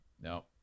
No